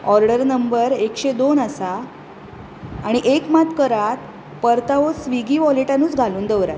order number एकशें दोन आसा आनी एक मात करात पर्तावो स्विगी वॉलेटानूच घालून दवरात